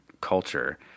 culture